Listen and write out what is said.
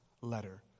letter